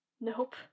Nope